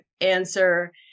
answer